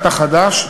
תא חד"ש,